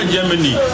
Germany